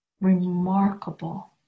remarkable